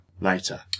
later